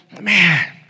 man